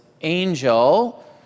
angel